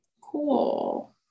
Cool